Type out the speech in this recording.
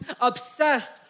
obsessed